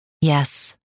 Yes